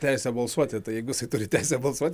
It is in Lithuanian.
teisę balsuoti tai jeigu jisai turi teisę balsuot